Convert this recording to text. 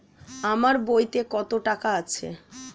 আমার বইতে কত টাকা আছে?